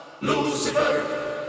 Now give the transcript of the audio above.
Lucifer